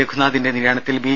രഘുനാഥിന്റെ നിര്യാണത്തിൽ ബി